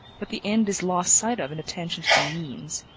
but the end is lost sight of in attention to the means.